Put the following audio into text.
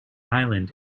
island